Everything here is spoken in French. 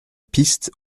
piste